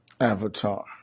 Avatar